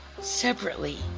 separately